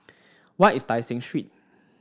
where is Tai Seng Street